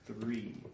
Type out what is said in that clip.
three